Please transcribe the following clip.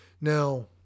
Now